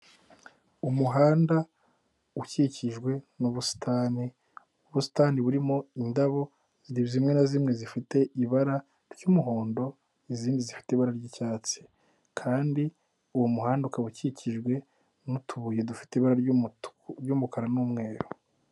Umuhanda ukikijwe n'ubusitani ubusitani burimo indabo zimwe na zimwe zifite ibara ry'umuhondo n'izindi zifite ibara ry'icyatsi, kandi uwo muhanda ukaba ukikijwe n'utubuye dufite ibara ryumutuku ry'umukara n'umweru.